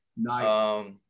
Nice